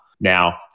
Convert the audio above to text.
Now